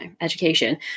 education